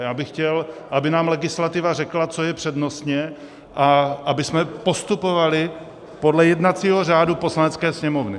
A já bych chtěl, aby nám legislativa řekla, co je přednostně, a abychom postupovali podle jednacího řádu Poslanecké sněmovny.